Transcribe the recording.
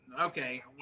okay